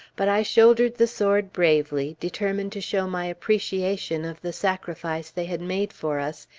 but i shouldered the sword bravely, determined to show my appreciation of the sacrifice they had made for us,